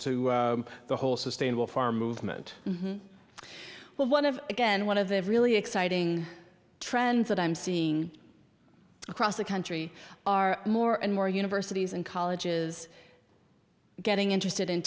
to the whole sustainable farming movement well one of again one of the really exciting trends that i'm seeing across the country are more and more universities and colleges getting interested in